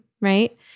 right